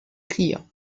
clients